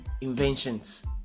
inventions